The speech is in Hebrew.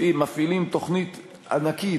מפעילים תוכנית ענקית,